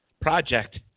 project